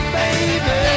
baby